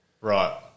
Right